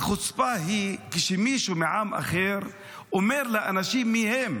החוצפה היא כשמישהו מעם אחר אומר לאנשים מיהם.